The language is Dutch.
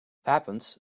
wapens